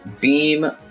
Beam